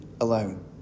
alone